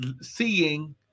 seeing